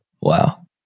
wow